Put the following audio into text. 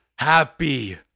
happy